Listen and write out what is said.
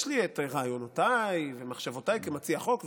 יש לי את רעיונותיי ומחשבותיי כמציע החוק,